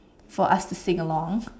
for us to sing along